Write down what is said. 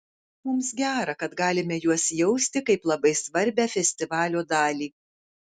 mums gera kad galime juos jausti kaip labai svarbią festivalio dalį